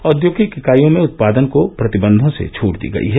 औद्योगिक इकाइयों में उत्पादन को प्रतिबंधों से छट दी गई है